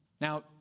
Now